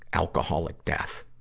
alcoholic death?